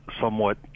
somewhat